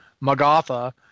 Magatha